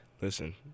Listen